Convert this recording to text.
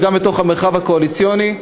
וגם לתוך המרחב הקואליציוני,